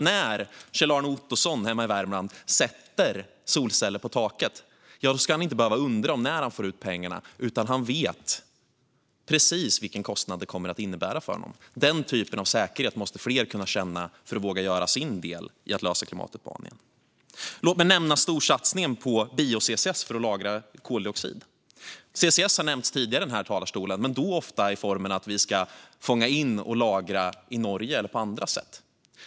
När Kjell-Arne Ottosson sätter solceller på taket hemma i Värmland ska han inte behöva undra när han får ut pengarna, utan han ska veta precis vilken kostnad det kommer att innebära för honom. Den typen av säkerhet måste fler kunna känna för att våga göra sin del i att lösa klimatutmaningen. Låt mig nämna storsatsningen på bio-CCS för att lagra koldioxid. CCS har nämnts tidigare här i talarstolen, men då ofta i termer av att vi ska fånga in och lagra i Norge eller på andra sätt.